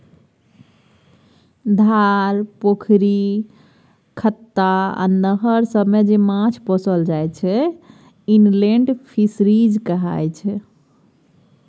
धार, पोखरि, खत्ता आ नहर सबमे जे माछ पोसल जाइ छै इनलेंड फीसरीज कहाय छै